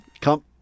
Come